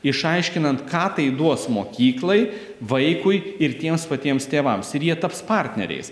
išaiškinant ką tai duos mokyklai vaikui ir tiems patiems tėvams ir jie taps partneriais